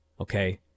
okay